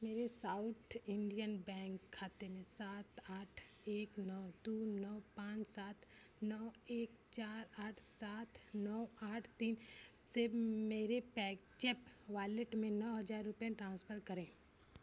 मेरे south Indian bank खाते सात आठ एक नौ दो नौ पाँच सात नौ एक चार आठ सात नौ आठ तीन से मेरे पेज़ैप वॉलेट में नौ हज़ार रुपये ट्रांसफ़र करें